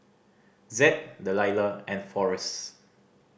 Zed Delila and Forrest